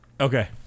okay